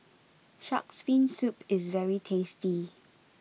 shark's fin soup is very tasty